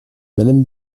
madame